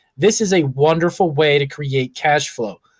this is a wonderful way to create cash flow,